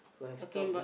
would have stopped